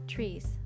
TREES